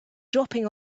dropping